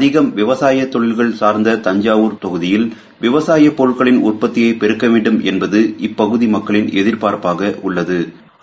அதிகம் விவசாபத் தொழில்கள் சார்ந்த கண்சாவர் தொகுதியில் விவசாய பொருட்களின் உற்பத்தியை பெருக்க வேண்டும் என்பது இப்பகுதி மக்களின் எதிர்பார்ப்பாக உள்ளது